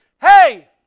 Hey